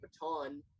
baton